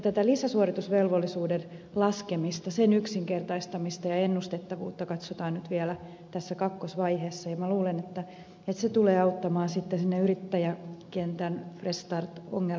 tätä lisäsuoritusvelvollisuuden laskemista sen yksinkertaistamista ja ennustettavuutta katsotaan nyt vielä tässä kakkosvaiheessa ja minä luulen että se tulee auttamaan sitten siinä yrittäjäkentän fresh start ongelmassa vielä lisää